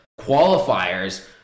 qualifiers